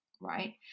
right